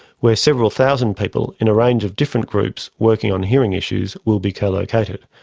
where several thousand people in a range of different groups working on hearing issues will be co-located.